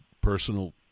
personal